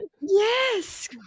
Yes